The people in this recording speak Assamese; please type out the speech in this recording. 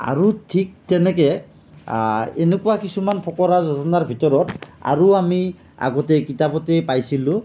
আৰু ঠিক তেনেকৈ এনেকুৱা কিছুমান ফকৰা যোজনাৰ ভিতৰত আৰু আমি আগতে কিতাপতেই পাইছিলোঁ